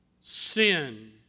Sin